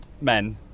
men